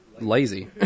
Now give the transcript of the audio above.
lazy